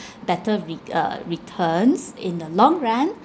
better re~ uh returns in the long run